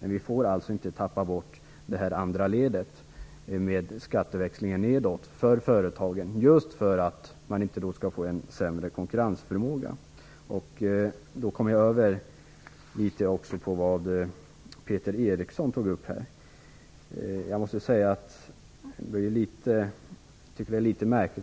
Vi får inte tappa bort ledet med skatteväxling nedåt för företag. Det är viktigt att inte få en sämre konkurrensförmåga. Jag vill också något kommentera det som Peter Eriksson tog upp.